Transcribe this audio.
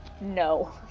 no